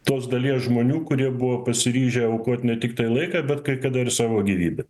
tos dalies žmonių kurie buvo pasiryžę aukot ne tiktai laiką bet kai kada ir savo gyvybę